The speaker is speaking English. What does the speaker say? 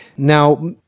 Now